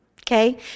Okay